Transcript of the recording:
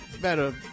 better